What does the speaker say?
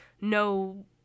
no